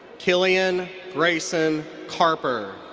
killian grayson carper.